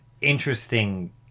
interesting